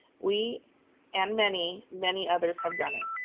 we and many, many others have done it.